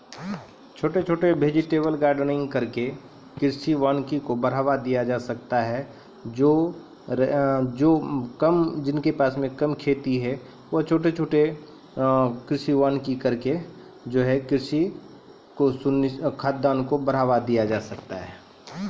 कृषि वानिकी लाभ से कृषि वानिकी के सुनिश्रित करी के खाद्यान्न के बड़ैलो जाय छै